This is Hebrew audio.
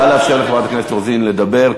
נא לאפשר לחברת הכנסת רוזין לדבר.